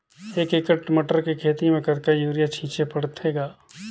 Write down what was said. एक एकड़ मटर के खेती म कतका युरिया छीचे पढ़थे ग?